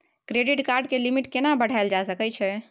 Credit card के limit केना बढायल जा सकै छै?